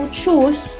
choose